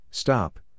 stop